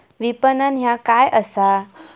विपणन ह्या काय असा?